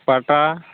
ᱯᱟᱴᱟ